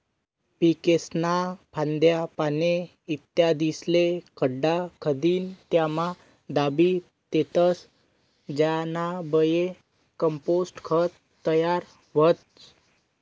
पीकेस्न्या फांद्या, पाने, इत्यादिस्ले खड्डा खंदीन त्यामा दाबी देतस ज्यानाबये कंपोस्ट खत तयार व्हस